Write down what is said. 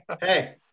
Hey